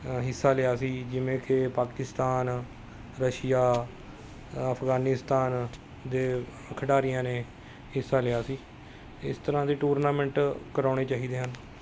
ਹਿੱਸਾ ਲਿਆ ਸੀ ਜਿਵੇਂ ਕਿ ਪਾਕਿਸਤਾਨ ਰਸ਼ੀਆ ਅਫਗਾਨਿਸਤਾਨ ਦੇ ਖਿਡਾਰੀਆਂ ਨੇ ਹਿੱਸਾ ਲਿਆ ਸੀ ਇਸ ਤਰ੍ਹਾਂ ਦੇ ਟੂਰਨਾਮੈਂਟ ਕਰਾਉਣੇ ਚਾਹੀਦੇ ਹਨ